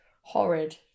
horrid